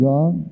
God